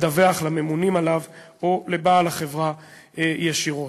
לדווח לממונים עליו או לבעל החברה ישירות.